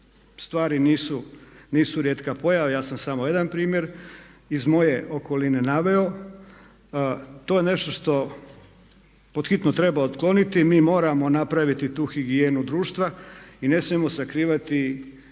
stvari nisu rijetka pojava, ja sam samo jedan primjer iz moje okoline naveo. To je nešto što pod hitno trebao otkloniti. Mi moramo napraviti tu higijenu društva i ne smijemo sakrivati